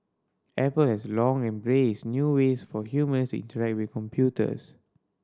Apple has long embraced new ways for humans interact with computers